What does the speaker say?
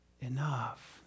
enough